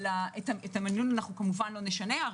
את המינון כמובן לא נשנה.